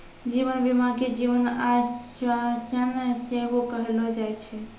जीवन बीमा के जीवन आश्वासन सेहो कहलो जाय छै